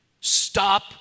Stop